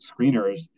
screeners